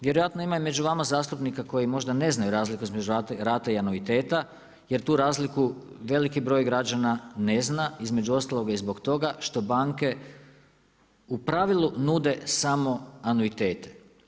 Vjerojatno ima i među vama zastupnika koji možda ne znaju razliku između rate i anuiteta, jer tu razliku veliki broj građana ne zna, između ostalog i zbog toga što banke u pravilu nude samo anuitete.